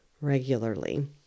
regularly